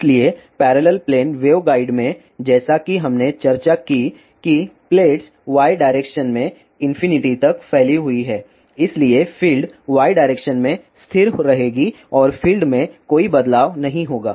इसलिए parallel plane waveguide में जैसा कि हमने चर्चा की कि प्लेट्स y डायरेक्शन में इंफिनिटी तक फैली हुई हैं इसलिए फ़ील्ड y डायरेक्शन में स्थिर रहेगी और फ़ील्ड में कोई बदलाव नहीं होगा